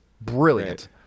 brilliant